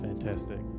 Fantastic